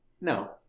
No